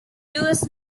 louis